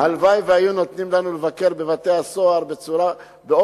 הלוואי שהיו נותנים לנו לבקר בבתי-הסוהר במפתיע,